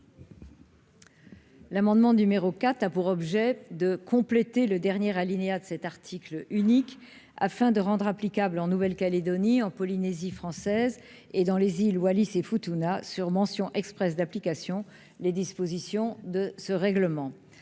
L'amendement numéro 4 a pour objet de compléter le dernier alinéa de cet article unique afin de rendre applicable en Nouvelle-Calédonie, en Polynésie française, et dans les îles Wallis et Futuna sur mention expresse d'application, les dispositions de ce règlement